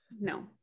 no